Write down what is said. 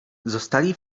zostali